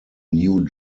new